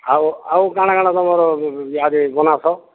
ଆଉ ଆଉ କ'ଣ କ'ଣ ତୁମର ଇଆଡ଼େ ବନାସ